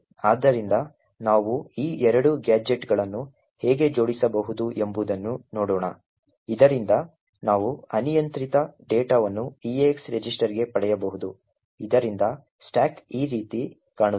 ಆದ್ದರಿಂದ ನಾವು ಈ ಎರಡು ಗ್ಯಾಜೆಟ್ಗಳನ್ನು ಹೇಗೆ ಜೋಡಿಸಬಹುದು ಎಂಬುದನ್ನು ನೋಡೋಣ ಇದರಿಂದ ನಾವು ಅನಿಯಂತ್ರಿತ ಡೇಟಾವನ್ನು eax ರಿಜಿಸ್ಟರ್ಗೆ ಪಡೆಯಬಹುದು ಇದರಿಂದ ಸ್ಟಾಕ್ ಈ ರೀತಿ ಕಾಣುತ್ತದೆ